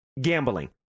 gambling